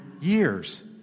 years